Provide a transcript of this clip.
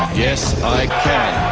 yes, i can